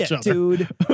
Dude